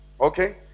Okay